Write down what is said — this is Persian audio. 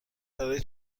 برای